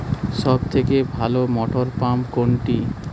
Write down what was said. সবথেকে ভালো মটরপাম্প কোনটি?